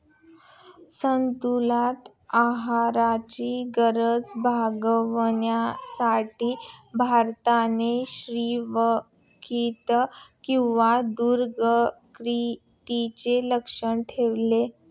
संतुलित आहाराची गरज भागविण्यासाठी भारताने श्वेतक्रांती किंवा दुग्धक्रांतीचे लक्ष्य ठेवले